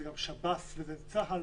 שב"ס וצה"ל.